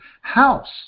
house